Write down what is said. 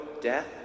death